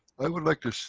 i would like to so